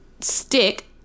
Stick